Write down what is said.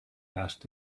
asked